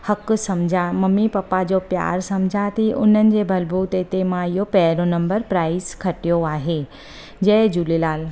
हक़ु सम्झा mummy papa जो प्यारु सम्झा थी उन्हनि जे बलबूते ते मां इहो पहिरियों नम्बर प्राइज़ खटियो आहे जय झूलेलाल